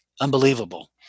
Unbelievable